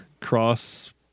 Cross